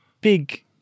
big